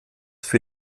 für